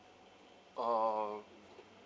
uh